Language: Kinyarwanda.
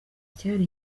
cyari